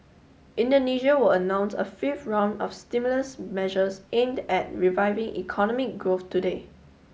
Indonesia will announce a fifth round of stimulus measures aimed at reviving economic growth today